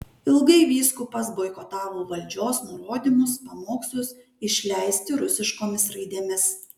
ilgai vyskupas boikotavo valdžios nurodymus pamokslus išleisti rusiškomis raidėmis